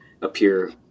appear